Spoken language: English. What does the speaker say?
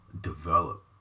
develop